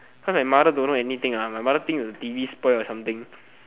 cause my mother don't know anything my mother think is t_v spoil or something